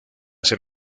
ser